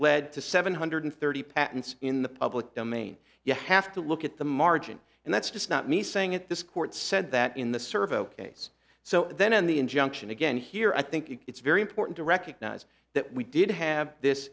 led to seven hundred thirty patents in the public domain you have to look at the margin and that's just not me saying it this court said that in the service case so then in the injunction again here i think it's very important to recognize that we did have this